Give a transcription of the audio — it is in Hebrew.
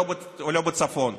75 מיליון שקלים דרך משרד הפנים,